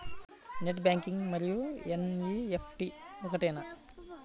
Net banking మరియు NEFT ఒకటేనా?